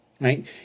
right